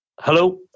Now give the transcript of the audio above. Hello